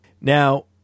Now